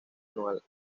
anual